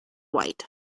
white